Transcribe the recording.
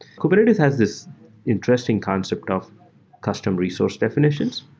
kubernetes has this interesting concept of custom resource definitions.